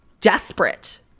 desperate